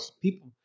People